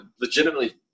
legitimately